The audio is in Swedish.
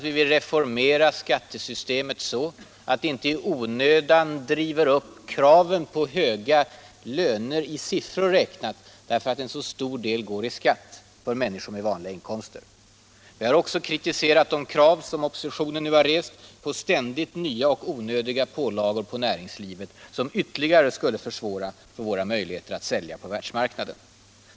Vi vill reformera skattesystemet så, att det inte i onödan driver fram krav på höga löner i siffror räknat, därför att en så stor del går till marginalskatt för människor med vanliga inkomster. Vi har kritiserat de krav som oppositionen nu har rest på ständigt nya och onödiga pålagor på näringslivet, vilka ytterligare skulle försämra våra möjligheter att sälja på världsmarknaden.